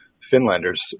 Finlanders